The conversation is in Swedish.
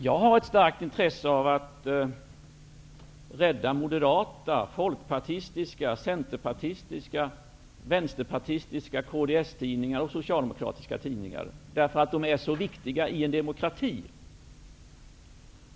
Jag har ett starkt intresse av att rädda moderata, folkpartistiska, centerpartistiska och vänsterpartistiska tidningar, kds-tidningar och socialdemokratiska tidningar, därför att de är så viktiga i en demokrati.